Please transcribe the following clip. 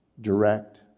direct